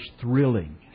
thrilling